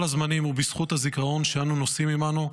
הזמנים ובזכות הזיכרון שאנו נושאים עימנו,